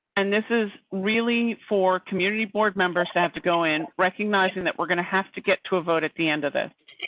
and this is really for community board members to have to go in recognizing that we're going to have to get to a vote at the end of this.